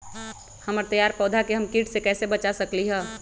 हमर तैयार पौधा के हम किट से कैसे बचा सकलि ह?